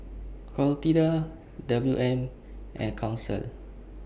Clotilda W M and Council